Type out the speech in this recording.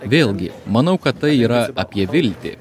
vėlgi manau kad tai yra apie viltį